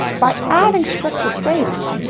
by adding structured data,